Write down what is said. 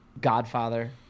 Godfather